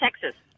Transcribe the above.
Texas